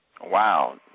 Wow